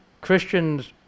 Christians